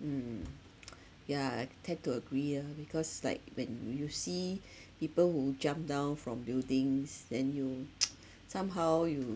mm yeah I tend to agree ah because like when you see people who jumped down from buildings then you somehow you